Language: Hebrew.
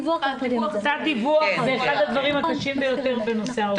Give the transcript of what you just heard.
תת דיווח זה אחד הדברים הקשים ביותר בנושא האובדנות.